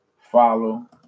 Follow